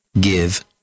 give